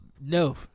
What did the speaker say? No